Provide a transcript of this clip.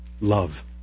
love